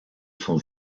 son